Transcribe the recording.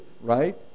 right